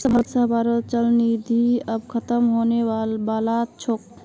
सबहारो चल निधि आब ख़तम होने बला छोक